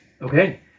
Okay